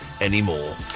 anymore